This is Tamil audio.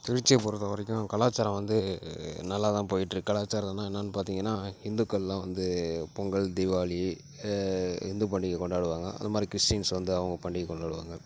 திருச்சியை பொறுத்தவரைக்கும் கலாச்சாரம் வந்து நல்லா தான் போயிட்டுருக்கு கலாச்சாரம்னா என்னான்னு பார்த்தீங்கன்னா இந்துக்கள்லாம் வந்து பொங்கல் தீவாளி இந்து பண்டிகையை கொண்டாடுவாங்க அது மாதிரி கிறிஸ்டியன்ஸ் வந்து அவங்க பண்டிகையை கொண்டாடுவாங்க